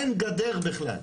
אין גדר בכלל.